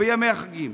ובימי החגים.